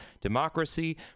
democracy